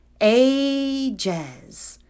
ages